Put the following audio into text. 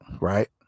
Right